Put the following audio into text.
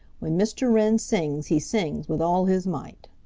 when mr. wren sings he sings with all his might.